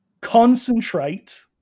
concentrate